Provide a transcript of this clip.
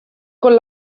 con